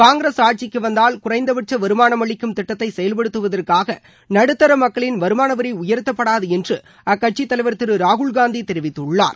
காங்கிரஸ் ஆட்சிக்கு வந்தால் குறைந்த பட்ச வருமானம் அளிக்கும் திட்டத்தை செயல்படுத்துவதற்காக நடுத்தர மக்களின் வருமான வரி உயர்த்தப்படாது என்று அக்கட்சி தலைவர் திரு ராகுல் காந்தி தெரிவித்துள்ளாா்